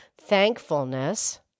thankfulness